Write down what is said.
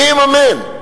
מי יממן?